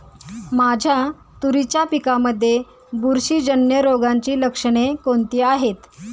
माझ्या तुरीच्या पिकामध्ये बुरशीजन्य रोगाची लक्षणे कोणती आहेत?